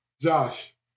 Josh